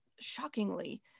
shockingly